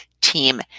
team